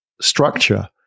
structure